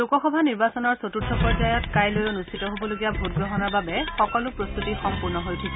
লোকসভাৰ নিৰ্বাচনৰ চতুৰ্থ পৰ্যায়ত কাইলৈ অনুষ্ঠিত হ'বলগীয়া ভোটগ্ৰহণৰ বাবে সকলো প্ৰস্ততি সম্পূৰ্ণ হৈ উঠিছে